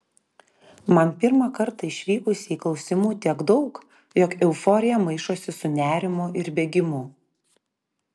man pirmą kartą išvykusiai klausimų tiek daug jog euforija maišosi su nerimu ir bėgimu